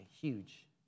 Huge